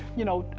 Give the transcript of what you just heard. you know,